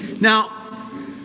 Now